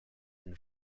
and